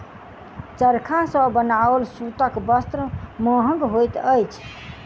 चरखा सॅ बनाओल सूतक वस्त्र महग होइत अछि